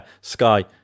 Sky